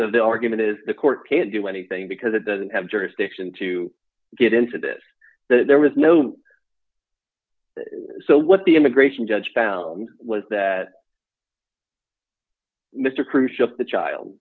of the argument is the court can't do anything because it doesn't have jurisdiction to get into this that there was no so what the immigration judge found was that mr cruise ship the child